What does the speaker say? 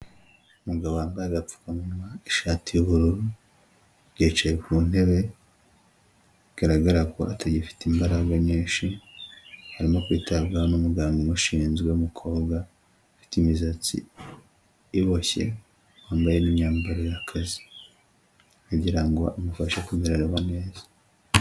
Umugabo wambaye agapfukamunwa, ishati y'ubururu, yicaye ku ntebe bigaragara ko atagifite imbaraga nyinshi, arimo kwitabwaho n'umuganga umushinzwe w'umukobwa ufite imisatsi iboshye, wambaye n'imyambaro y'akazi kugira ngo amufashe kumererwa neza.